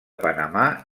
panamà